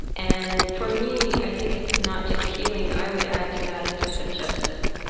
and for me, i think it's not just healing. i would add to that a sense of justice,